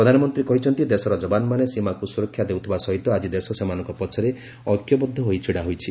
ପ୍ରଧାନମନ୍ତ୍ରୀ କହିଛନ୍ତି ଦେଶର ଜବାନମାନେ ସୀମାକୁ ସୁରକ୍ଷା ଦେଉଥିବା ସହିତ ଆଜି ଦେଶ ସେମାନଙ୍କ ପଛରେ ଐକ୍ୟବଦ୍ଧ ହୋଇ ଛିଡାହହାଇଛି